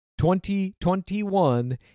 2021